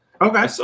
Okay